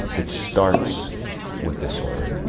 it starts with this order.